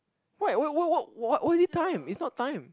why why why why wh~ why is it time it's not time